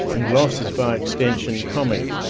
and loss is by extension comic,